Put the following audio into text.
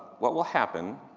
what will happen